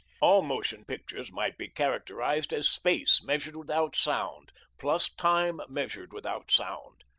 all motion pictures might be characterized as space measured without sound, plus time measured without sound.